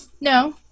No